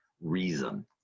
reason